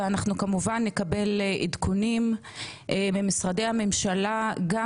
ואנחנו כמובן נקבל עדכונים ממשרדי הממשלה גם